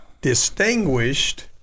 Distinguished